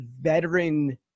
veteran